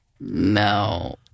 No